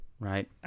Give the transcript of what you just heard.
Right